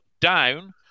down